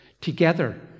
together